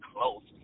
close